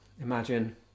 imagine